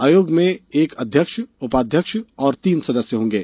आयोग में एक अध्यक्ष उपाध्यक्ष और तीन सदस्य होंगे